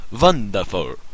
Wonderful